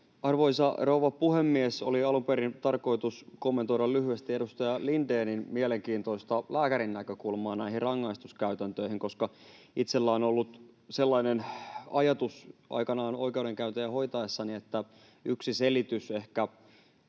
Arvoisa rouva puhemies! Oli alun perin tarkoitus kommentoida lyhyesti edustaja Lindénin mielenkiintoista lääkärin näkökulmaa näihin rangaistuskäytäntöihin. Itselläni on ollut sellainen ajatus aikanaan oikeudenkäyntejä hoitaessani, että yksi selitys ehkä